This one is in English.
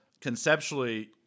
conceptually